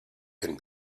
can